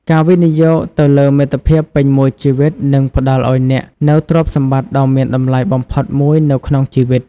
ការវិនិយោគទៅលើមិត្តភាពពេញមួយជីវិតនឹងផ្តល់ឲ្យអ្នកនូវទ្រព្យសម្បត្តិដ៏មានតម្លៃបំផុតមួយនៅក្នុងជីវិត។